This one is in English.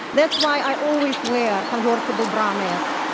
that's why i always wear convertible bra mask.